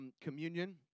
communion